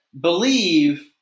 believe